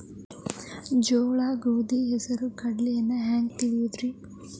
ಜೋಳ, ಗೋಧಿ, ಹೆಸರು, ಕಡ್ಲಿಯನ್ನ ನೇವು ಹೆಂಗ್ ಬೆಳಿತಿರಿ?